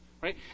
right